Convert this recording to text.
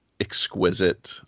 exquisite